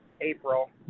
April